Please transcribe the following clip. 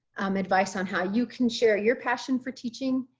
um advice on how you can share your passion for teaching.